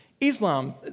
Islam